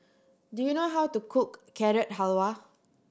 do you know how to cook Carrot Halwa